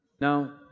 Now